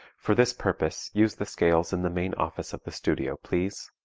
for this purpose use the scales in the main office of the studio, please.